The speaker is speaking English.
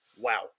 wow